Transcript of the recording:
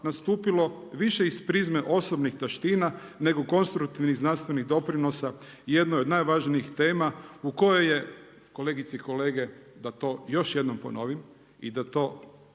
nastupilo, više iz prizme osobnih taština nego konstruktivnih znanstvenih doprinosa u jednoj od najvažnijih tema u kojoj je, kolegice i kolege da to još jednom ponovim i da to upamtimo